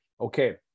okay